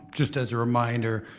just as a reminder,